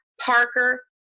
Parker